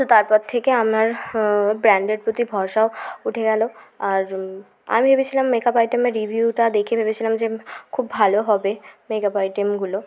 তো তারপর থেকে আমার ব্র্যান্ডের প্রতি ভরসাও উঠে গেলো আর আমি ভেবেছিলাম মেকআপ আইটেমের রিভিউটা দেখে ভেবেছিলাম যে খুব ভালো হবে মেকআপ আইটেমগুলো